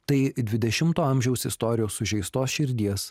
tai dvidešimto amžiaus istorijos sužeistos širdies